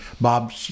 Bob